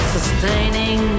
Sustaining